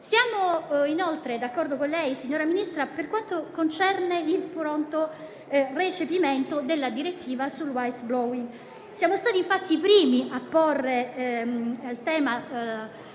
Siamo inoltre d'accordo con lei, signora Ministra, per quanto concerne il pronto recepimento della direttiva sul *whistleblowing*. Siamo stati infatti i primi a porre il tema al